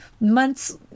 months